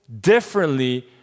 differently